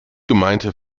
gemeinte